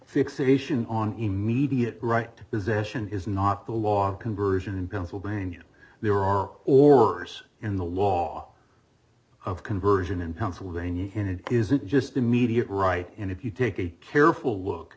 fixation on immediate right possession is not the law conversion pennsylvania there are oars in the law of conversion and pennsylvania hinted isn't just immediate right and if you take a careful look